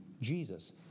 Jesus